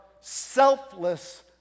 selfless